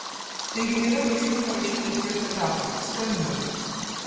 taigi yra viršuj parašytas jo telefas skambink